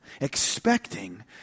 expecting